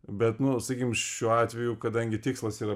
bet nu sakykim šiuo atveju kadangi tikslas yra